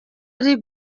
ari